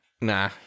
nah